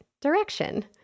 direction